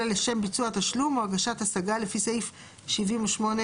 אלא לשם ביצוע התשלום או הגשת השגה לפי סעיף 78כח;